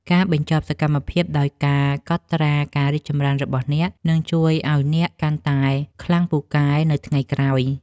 ការបញ្ចប់សកម្មភាពដោយការកត់ត្រាការរីកចម្រើនរបស់អ្នក នឹងជួយឱ្យអ្នកកាន់តែខ្លាំងពូកែនៅថ្ងៃក្រោយ។